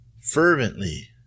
fervently